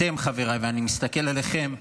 אתם, חבריי, ואני מסתכל עליכם,